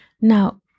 Now